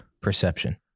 Perception